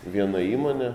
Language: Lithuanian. viena įmonė